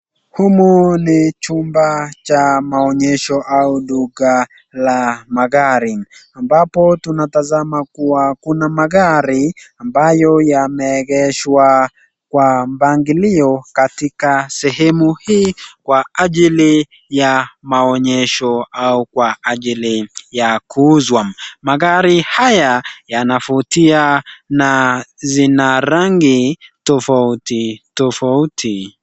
Humu ni chumba cha maonyesho ama duka la magari, ambapo tunatazama kuwa kuna magari ambayo yameegezwa kwa mpangilio katika sehemu hii kwa ajili ya maonyesho au kwa ajili ya kuuzwa. Magari haya yanavutia na zina rangi tofauti tofauti.